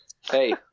Hey